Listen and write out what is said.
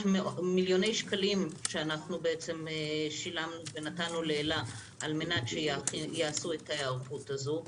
מיליוני שקלים שאנחנו שילמנו ונתנו לאל"ה כדי שיעשו את ההיערכות הזאת.